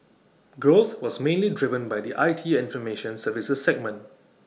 growth was mainly driven by the I T and formation services segment